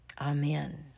Amen